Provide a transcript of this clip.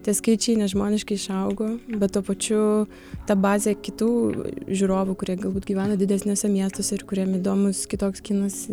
tie skaičiai nežmoniškai išaugo bet tuo pačiu ta bazė kitų žiūrovų kurie galbūt gyvena didesniuose miestuose ir kuriem įdomus kitoks kinas